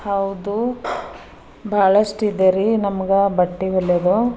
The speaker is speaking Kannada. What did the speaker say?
ಹೌದು ಬಹಳಷ್ಟಿದೇರಿ ನಮ್ಗೆ ಬಟ್ಟೆ ಹೊಲಿಯೋದು